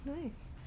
Nice